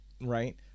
Right